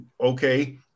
okay